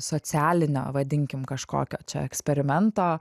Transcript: socialinio vadinkim kažkokio čia eksperimento